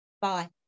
bye